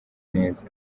neza